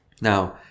Now